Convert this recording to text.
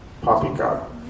poppycock